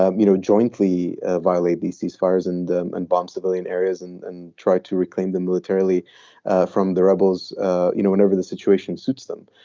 um you know jointly ah violate these cease fires and and bomb civilian areas and and try to reclaim the militarily from the rebels you know whenever the situation suits them.